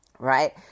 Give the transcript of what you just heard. right